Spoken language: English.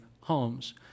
homes